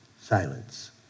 Silence